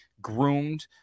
groomed